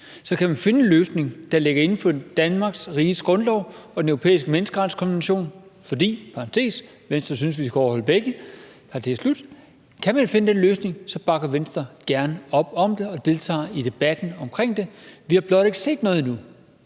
Så kan man finde en løsning, der ligger inden for Danmarks Riges Grundlov og Den Europæiske Menneskerettighedskonvention – for Venstre synes i parentes bemærket, at vi skal overholde begge – så bakker Venstre gerne op om det og deltager i debatten om det. Vi har blot ikke set noget endnu.